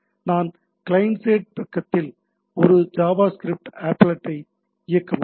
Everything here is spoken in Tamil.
நான் கிளையன்ட் பக்கத்தில் ஒரு ஜாவா ஆப்லெட்டை இயக்க முடியும்